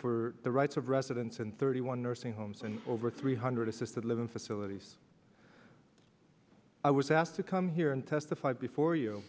for the rights of residents in thirty one nursing homes and over three hundred assisted living facilities i was asked to come here and testified before you